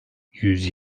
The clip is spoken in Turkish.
yüz